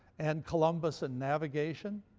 and columbus and navigation,